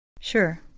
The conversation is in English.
Sure